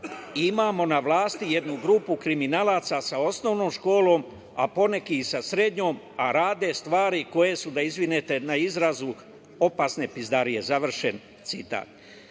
„Imamo na vlasti jednu grupu kriminalaca sa osnovnom školom, a poneki i sa srednjom, a rade stvari koje su“, da izvinete na izrazu, „opasne pizdarije“. Završen